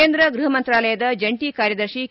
ಕೇಂದ್ರ ಗೃಹ ಮಂತ್ರಾಲಯದ ಜಂಟಿ ಕಾರ್ಯದರ್ಶಿ ಕೆ